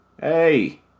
Hey